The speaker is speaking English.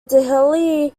delhi